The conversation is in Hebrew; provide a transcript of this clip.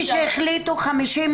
כבר הזכיר שהחלטת ממשלה הייתה ללא תקציב.